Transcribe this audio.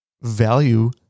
value